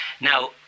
Now